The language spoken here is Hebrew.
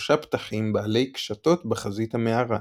שלושה פתחים בעלי קשתות בחזית המערה.